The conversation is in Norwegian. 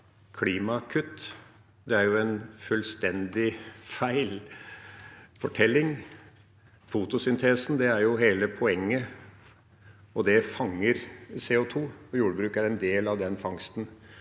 Det er en fullstendig feil fortelling. Fotosyntesen er jo hele poenget, og den fanger CO2. Jordbruket er en del av den fangsten.